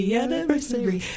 anniversary